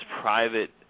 private